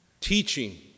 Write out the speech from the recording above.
teaching